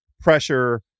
pressure